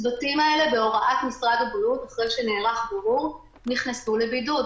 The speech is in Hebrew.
הצוותים האלה בהוראת משרד הבריאות אחרי שנערך בירור נכנסו לבידוד.